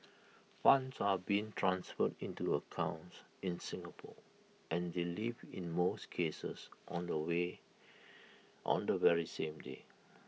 funds are being transferred into accounts in Singapore and they leave in most cases on the way on the very same day